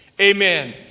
Amen